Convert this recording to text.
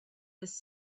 this